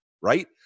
right